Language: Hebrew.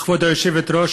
כבוד היושבת-ראש,